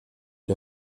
der